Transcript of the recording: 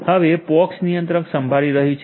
હવે પોક્સ નિયંત્રક સાંભળી રહ્યું છે